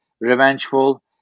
revengeful